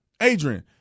Adrian